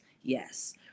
yes